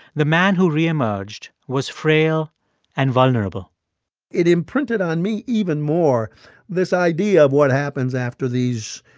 the man who reemerged was frail and vulnerable it imprinted on me even more this idea of what happens after these